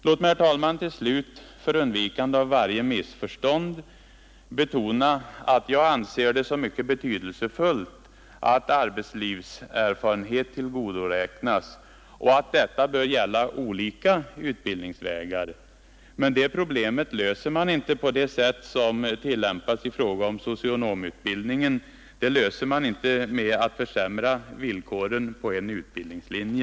Låt mig, herr talman, till slut — för undvikande av varje missförstånd — betona att jag anser det såsom mycket betydelsefullt att arbetslivserfarenhet tillgodoräknas vid utbildning och att detta bör gälla olika utbildningsvägar. Men det problemet löser man inte på det sätt som tillämpats i fråga om socionomutbildningen. Det löser man inte genom att försämra villkoren på en utbild ningslinje.